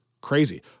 crazy